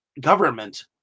government